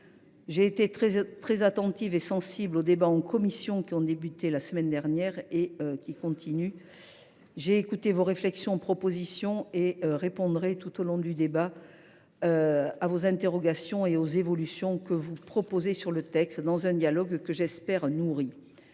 J’ai été très attentive aux débats en commission, qui ont commencé la semaine dernière. J’ai écouté vos réflexions et vos propositions. Je répondrai tout au long du débat à vos interrogations et aux évolutions que vous proposez sur le texte, dans un dialogue que j’espère nourri.